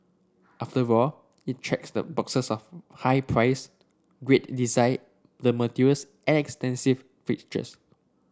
after all it checks the boxes of high price great design the materials and extensive features